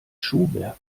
schuhwerk